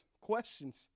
questions